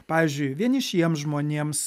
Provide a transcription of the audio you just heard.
pavyzdžiui vienišiems žmonėms